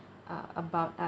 uh about